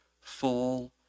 full